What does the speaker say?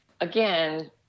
again